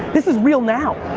this is real now.